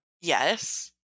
Yes